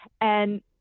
And-